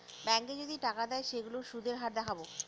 ব্যাঙ্কে যদি টাকা দেয় সেইগুলোর সুধের হার দেখাবো